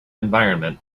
environment